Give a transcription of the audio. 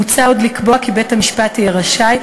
מוצע עוד לקבוע כי בית-המשפט יהיה רשאי,